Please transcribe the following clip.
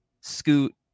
Scoot